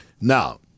Now